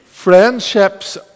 Friendships